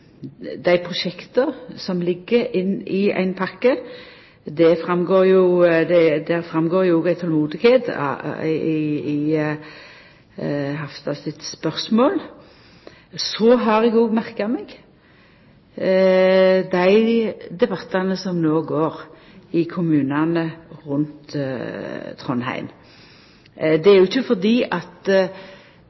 dei prosjekta som ligg i ein pakke. Utolmodet går jo fram av Hofstad Hellelands spørsmål. Så har eg òg merka meg dei debattane som no går i kommunane rundt Trondheim. Det er ikkje fordi bompengestasjonane er plasserte annleis enn det som gjekk fram av proposisjonen, men fordi dei ser at